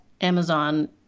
Amazon